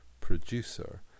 producer